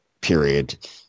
period